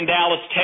Dallas